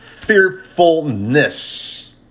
fearfulness